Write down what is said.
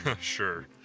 Sure